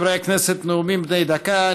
חברי הכנסת, נאומים בני דקה.